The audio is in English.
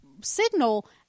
signal